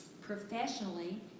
professionally